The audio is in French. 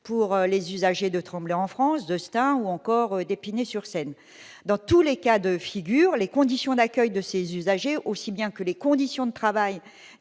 pour les usagers de Tremblay-en-France, de Stains ou encore d'Épinay-sur-Seine. Dans tous les cas de figure, les conditions d'accueil de ces usagers aussi bien que les conditions de travail